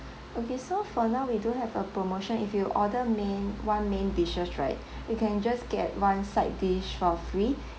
okay so for now we do have a promotion if you order main one main dishes right you can just get one side dish for free